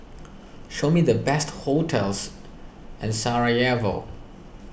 show me the best hotels in Sarajevo